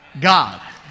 God